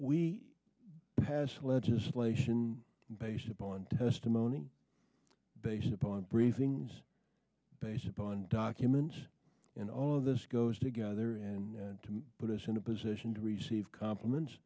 we pass legislation based upon testimony based upon briefings based upon documents and all of this goes together and to put us in a position to receive compliments